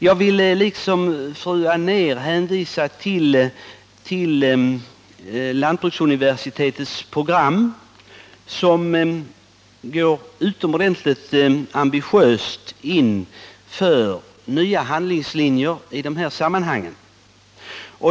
Jag vill liksom fru Anér hänvisa till lantbruksuniversitetets program, som utomordentligt ambitiöst går in för nya handlingslinjer i dessa sammanhang.